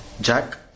Jack